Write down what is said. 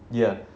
ya